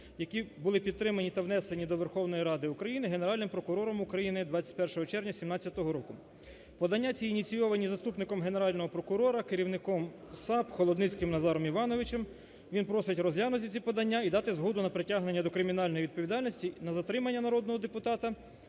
які були підтримані та внесені до Верховної Ради України Генеральним прокурором України 21 червня 2017 року. Подання ці ініційовані заступником Генерального прокурора, керівником САП Холодницьким Назаром Івановичем, він просить розглянути ці подання і дати згоду на притягнення до кримінальної відповідальності, на затримання народного депутата